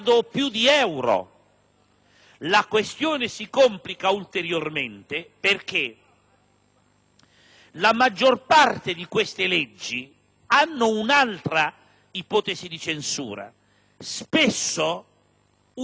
La questione si complica ulteriormente perché per la maggior parte di questi provvedimenti vale un'altra ipotesi di censura: spesso utilizzano